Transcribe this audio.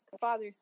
father